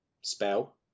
spell